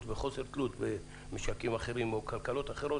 או חוסר תלות במשקים אחרים או כלכלות אחרות,